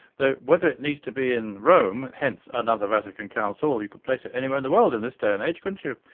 though whether it needs to be in rome hence another vatican council or you could place it anywhere in the world in this day and age couldn't you?